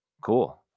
cool